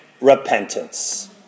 repentance